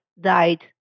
died